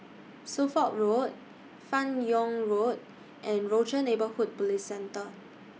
Suffolk Road fan Yoong Road and Rochor Neighborhood Police Centre